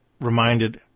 reminded